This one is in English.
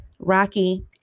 Rocky